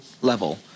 level